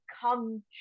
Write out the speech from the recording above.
come